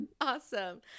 Awesome